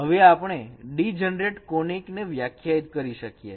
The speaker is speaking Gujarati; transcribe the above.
હવે આપણે ડિજનરેટ કોનીક ને વ્યાખ્યાયિત કરી શકીએ